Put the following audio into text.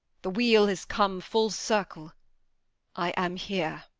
the wheel is come full circle i am here.